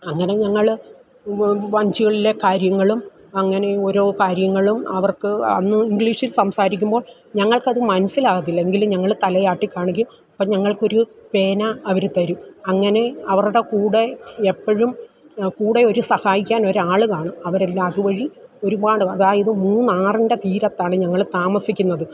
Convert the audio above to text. അങ്ങനെ ഞങ്ങൾ വഞ്ചികളിലെ കാര്യങ്ങളും അങ്ങനെ ഓരോ കാര്യങ്ങളും അവർക്ക് അന്ന് ഇംഗ്ലീഷിൽ സംസാരിക്കുമ്പോൾ ഞങ്ങൾക്കത് മനസ്സിലാകത്തില്ല എങ്കിലും ഞങ്ങൾ തലയാട്ടി കാണിക്കും അപ്പം ഞങ്ങൾക്കൊരു പേന അവർ തരും അങ്ങനെ അവരുടെ കൂടെ എപ്പോഴും കൂടെയൊരു സഹായിക്കാൻ ഒരാൾ കാണും അവരെല്ലാം അതുവഴി ഒരുപാടും അതായത് മൂന്നാറിൻ്റെ തീരത്താണ് ഞങ്ങൾ താമസിക്കുന്നത്